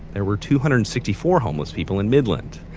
there were two hundred and sixty four homeless people in midland.